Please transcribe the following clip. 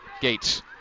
Gates